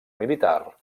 militar